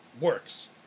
works